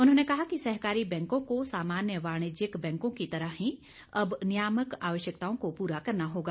उन्होंने कहा कि सहकारी बैंकों को सामान्य वाणिज्यिक बैंकों की तरह ही अब नियामक आवश्यकताओं को पूरा करना होगा